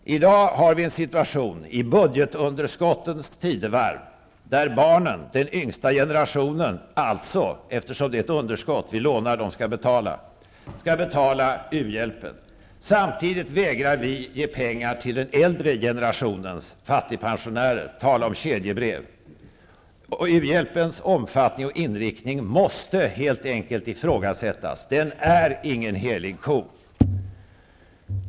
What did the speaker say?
I dag har vi en situation, i budgetunderskottens tidevarv, där barnen, den yngsta generationen, skall betala u-hjälpen. Det är fråga om ett underskott. Vi lånar, och de skall betala. Samtidigt vägrar vi att ge pengar till den äldre generationens fattigpensionärer. Tala om kedjebrev! U-hjälpens omfattning och inriktning måste helt enkelt ifrågasättas. Den är ingen helig ko.